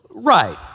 Right